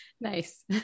Nice